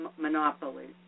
monopolies